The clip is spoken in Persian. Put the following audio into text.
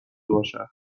باشد